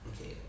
Okay